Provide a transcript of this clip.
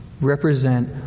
represent